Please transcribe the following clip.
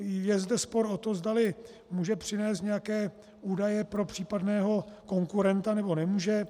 Je zde spor o to, zdali může přinést nějaké údaje pro případného konkurenta, nebo nemůže.